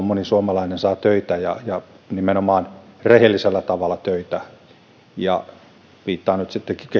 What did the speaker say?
moni suomalainen saa töitä ja ja nimenomaan rehellisellä tavalla töitä viittaan nyt sitten